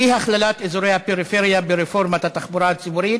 אי-הכללת אזורי הפריפריה ברפורמת התחבורה הציבורית,